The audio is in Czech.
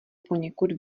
poněkud